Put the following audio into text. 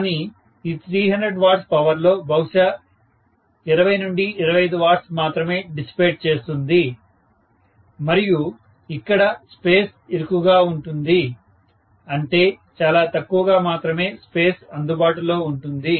కానీ ఈ 300 W power లో బహుశా 20 25 W మాత్రమే డిసిపెట్ చేస్తుంది మరియు ఇక్కడ స్పేస్ ఇరుకుగా ఉంటుంది అంటే చాలా తక్కువగా మాత్రమే స్పేస్ అందుబాటులో ఉంటుంది